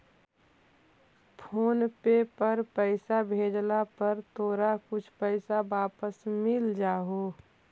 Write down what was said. phone पे पर से पईसा भेजला पर तोरा कुछ पईसा वापस भी मिल जा हो